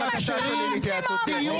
מתורבת להציע ג'ובים?